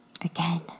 again